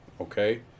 Okay